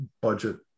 budget